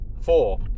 four